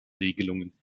regelungen